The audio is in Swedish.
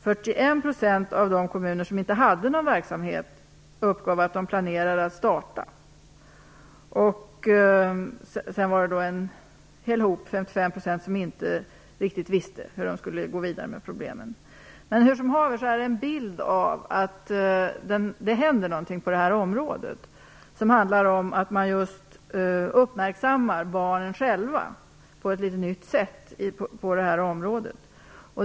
41 % av de kommuner som inte hade någon verksamhet uppgav att de planerade att starta verksamhet. 55 % av kommunerna visste inte riktigt hur de skulle gå vidare med problemen. Hur som helst finns här en bild av att det händer någonting på detta område. Man uppmärksammar barnen själva på ett aningen nytt sätt på det här området.